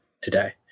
today